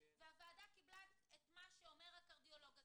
והוועדה קיבלה את מה שאומר הקרדיולוג הזה,